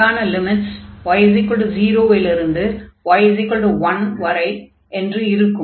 y க்கான limits y0 இலிருந்து y1 வரை என்று இருக்கும்